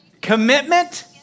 commitment